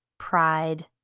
Pride